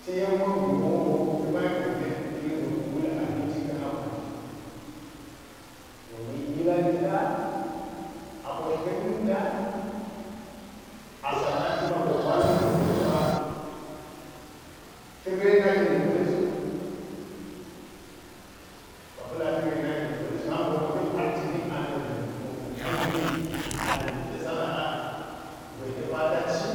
Tayen man bi gon wugo wule wul abincikan mati, domin hila nilɗa a ɓorkan nitda, a sannan timago balanka gwedapa ta rena ilga paliso bapalati rena ilga paliso sam gonwo ten patti bik an nakgan nukan ta gibi a da̱mitde sana’a gwedapa taci